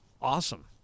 awesome